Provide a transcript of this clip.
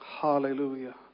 hallelujah